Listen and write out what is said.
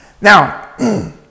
Now